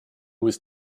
was